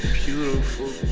beautiful